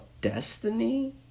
destiny